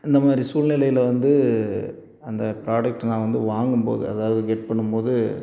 அந்த மாதிரி சூல்நிலையில வந்து அந்த ப்ராடெக்ட் நான் வந்து வாங்கும் போது அதாவது வெயிட் பண்ணும் போது